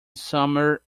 summer